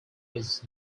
was